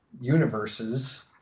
universes